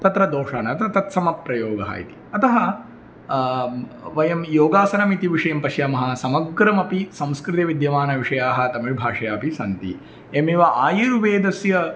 तत्र दोषः न अतः तत्समप्रयोगः इति अतः वयं योगासनम् इति विषयं पश्यामः समग्रमपि संस्कृते विद्यमानविषयाः तमिळ् भाषया अपि सन्ति एवमेव आयुर्वेदस्य